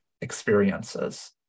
experiences